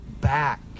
back